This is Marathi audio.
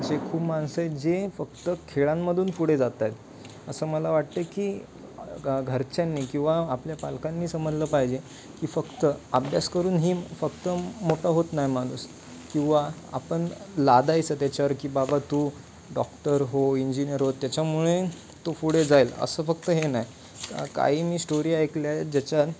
असे खूप माणसं आहेत जे फक्त खेळांमधून पुढे जात आहेत असं मला वाटतं की घरच्यांनी किंवा आपल्या पालकांनी समजलं पाहिजे की फक्त अभ्यास करूनही फक्त मोठं होत नाही माणूस किंवा आपण लादायचं त्याच्यावर की बाबा तू डॉक्टर हो इंजिनियर हो त्याच्यामुळे तो पुढे जाईल असं फक्त हे नाही काही मी स्टोरी ऐकल्या आहेत ज्याच्यात